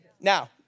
Now